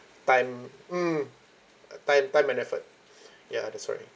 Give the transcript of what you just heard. time mm uh time time and effort ya that's why